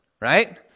right